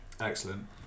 excellent